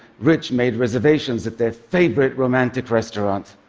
rich made reservations at their favorite romantic restaurant.